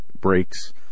breaks